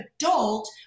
adult